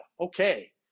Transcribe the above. Okay